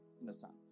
understand